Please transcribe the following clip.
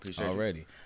Already